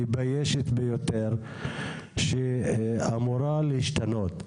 מביישת ביותר שאמורה להשתנות.